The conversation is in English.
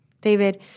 David